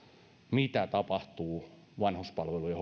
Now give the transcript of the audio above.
mitä tapahtuu vanhuspalvelujen